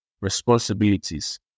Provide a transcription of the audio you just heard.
responsibilities